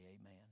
amen